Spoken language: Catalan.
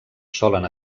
solen